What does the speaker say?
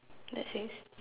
that face